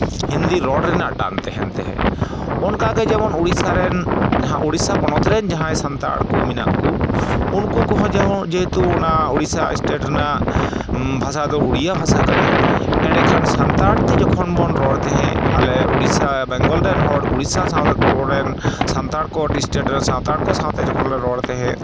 ᱦᱤᱱᱫᱤ ᱨᱚᱲ ᱨᱮᱱᱟᱜ ᱴᱟᱱ ᱛᱟᱦᱮᱱ ᱛᱟᱦᱮᱸᱫ ᱚᱱᱠᱟᱜᱮ ᱡᱮᱢᱚᱱ ᱩᱲᱤᱥᱥᱟ ᱨᱮᱱ ᱡᱟᱦᱟᱸᱭ ᱩᱲᱤᱥᱟ ᱯᱚᱱᱚᱛ ᱨᱮᱱ ᱡᱟᱦᱟᱸᱭ ᱥᱟᱱᱛᱟᱲ ᱠᱚ ᱢᱮᱱᱟᱜ ᱠᱚ ᱩᱱᱠᱩ ᱠᱚᱦᱚᱸ ᱡᱮᱢᱚᱱ ᱡᱮᱦᱮᱛᱩ ᱩᱲᱤᱥᱥᱟ ᱥᱴᱮᱴ ᱨᱮᱱᱟᱜ ᱵᱷᱟᱥᱟ ᱫᱚ ᱩᱲᱤᱭᱟ ᱵᱷᱟᱥᱟ ᱠᱟᱱᱟ ᱮᱸᱰᱮᱠᱷᱟᱱ ᱥᱟᱱᱛᱟᱲ ᱛᱮ ᱡᱚᱠᱷᱚᱱ ᱵᱚᱱ ᱨᱚᱲ ᱛᱟᱦᱮᱸᱫ ᱟᱞᱮ ᱩᱲᱤᱥᱥᱟ ᱵᱮᱝᱜᱚᱞ ᱨᱮᱱ ᱦᱚᱲ ᱩᱲᱤᱥᱥᱟ ᱥᱟᱶ ᱠᱚᱨᱮᱱ ᱥᱟᱱᱛᱟᱲ ᱠᱚ ᱰᱤᱥᱴᱮᱴ ᱨᱮ ᱥᱟᱱᱛᱟᱲ ᱠᱚ ᱥᱟᱶᱛᱮ ᱡᱚᱠᱷᱚᱱ ᱞᱮ ᱨᱚᱲ ᱛᱟᱦᱮᱸᱫ